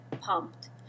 pumped